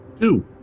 Two